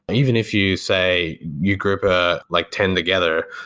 even if you say you group ah like ten together,